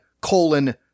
colon